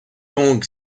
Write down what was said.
tong